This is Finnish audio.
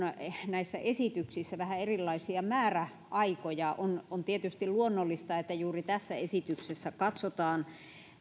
näissä esityksissä on vähän erilaisia määräaikoja on on tietysti luonnollista että juuri tässä esityksessä katsotaan